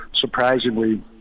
surprisingly